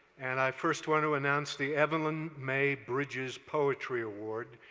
and i first want to announce the evelyn may bridges poetry award.